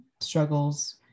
struggles